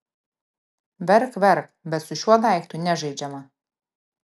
verk verk bet su šiuo daiktu nežaidžiama